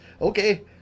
okay